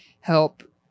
help